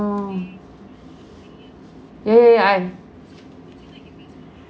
ya ya I